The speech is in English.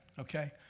okay